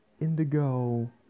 indigo